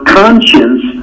conscience